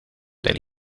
del